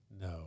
No